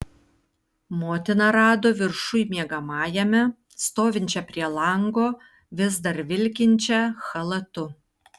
motiną rado viršuj miegamajame stovinčią prie lango vis dar vilkinčią chalatu